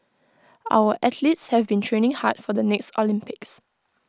our athletes have been training hard for the next Olympics